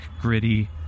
gritty